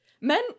men